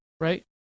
right